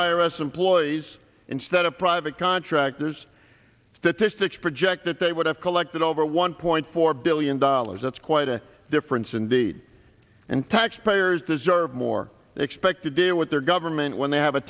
iris employees instead of private contractors statistics project that they would have collected over one point four billion dollars that's quite a difference and b and taxpayers deserve more expect a deal with their government when they have a